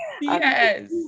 Yes